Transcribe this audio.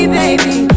baby